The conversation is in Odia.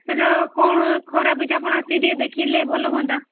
ସେଇଟା କ'ଣ ଖରାପ ହୋଇଛି ଆପଣ ଆସିକି ଟିକିଏ ଦେଖିଲେ ଭଲ ହୁଅନ୍ତା